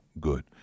good